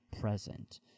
present